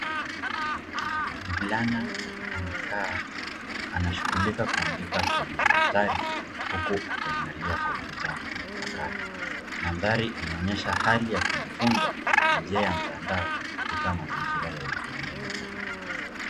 Mvulana amekaa anashughulika kuandika kwanye daftari huku akiangalia kompyuta ya mpakato, mandhari inaonyesha hali ya kujifunza kwa nia ya mtandao katika mazingira ya utulivu.